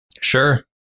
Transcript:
Sure